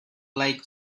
like